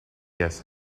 guest